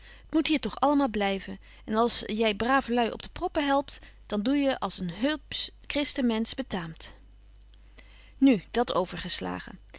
moet hier toch altemaal blyven en als jy brave lui op de proppen helpt dan doe je als een hupsch christen mensch betaamt nu dat overgeslagen